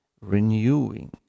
renewing